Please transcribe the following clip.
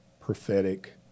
prophetic